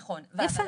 נכון, מד"א.